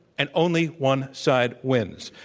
and only one side wins.